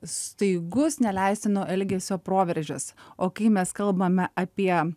staigus neleistino elgesio proveržis o kai mes kalbame apie